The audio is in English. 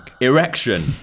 Erection